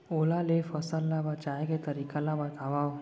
ओला ले फसल ला बचाए के तरीका ला बतावव?